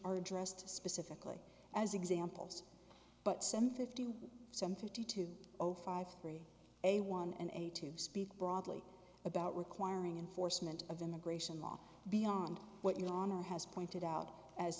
are addressed specifically as examples but some fifty some fifty two zero five three a one and to speak broadly about requiring in force meant of immigration law beyond what your honor has pointed out as